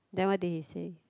then what did he say